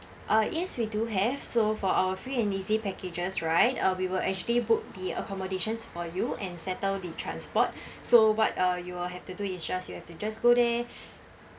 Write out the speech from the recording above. uh yes we do have so for our free and easy packages right uh we will actually book the accommodations for you and settle the transport so what uh you all have to do is just you have to just go there